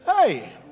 hey